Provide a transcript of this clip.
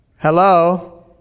Hello